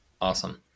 awesome